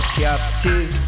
captive